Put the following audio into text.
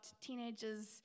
teenagers